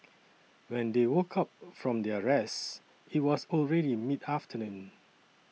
when they woke up from their rest it was already mid afternoon